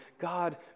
God